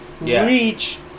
reach